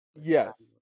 Yes